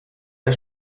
der